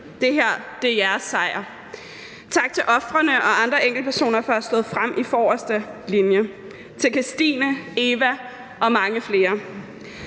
Det her er jeres sejr. Tak til ofrene og andre enkeltpersoner for at have stået frem i forreste linje, til Kirstine, Eva og mange flere.